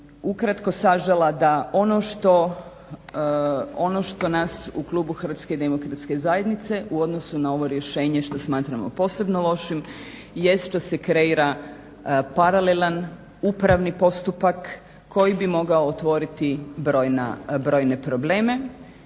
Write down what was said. ukratko sažela da ono što nas u HDZ u odnosu na ovo rješenje što smatramo posebno lošim, jest što se kreira paralelan upravni postupak koji bi mogao otvoriti brojne probleme.